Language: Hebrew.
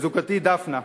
לזוגתי דפנה,